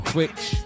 Twitch